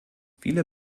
viele